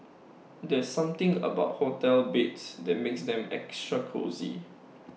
there's something about hotel beds that makes them extra cosy